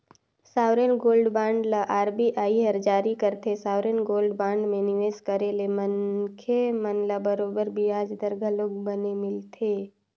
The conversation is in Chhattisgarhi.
सॉवरेन गोल्ड बांड ल आर.बी.आई हर जारी करथे, सॉवरेन गोल्ड बांड म निवेस करे ले मनखे मन ल बरोबर बियाज दर घलोक बने मिलथे